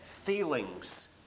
feelings